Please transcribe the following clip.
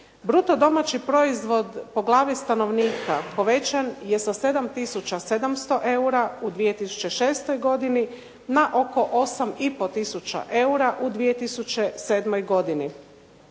Bruto domaći proizvod po glavi stanovnika povećan je sa 7 tisuća 700 eura u 2006. godini na oko 8,5 tisuća eura u 2007. godini.